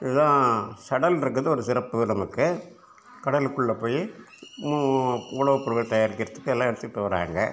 இதுதான் சடல் இருக்கிறது ஒரு சிறப்பு நமக்கு கடலுக்குள்ளே போய் உணவுப்பொருட்கள் தயாரிக்கிறதுக்கு எல்லாம் எடுத்துக்கிட்டு வராங்க